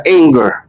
anger